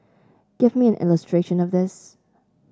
give me an illustration of this